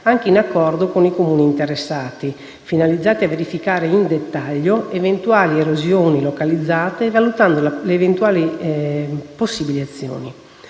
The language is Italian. anche in accordo con i Comuni interessati, finalizzati a verificare in dettaglio eventuali erosioni localizzate e valutando le eventuali possibili azioni.